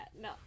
no